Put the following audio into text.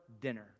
dinner